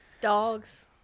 Dogs